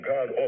God